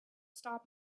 stop